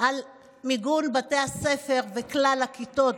על מיגון בתי הספר וכלל הכיתות,